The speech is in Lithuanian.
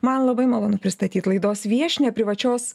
man labai malonu pristatyt laidos viešnią privačios